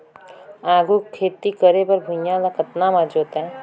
आघु खेती करे बर भुइयां ल कतना म जोतेयं?